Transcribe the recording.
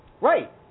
Right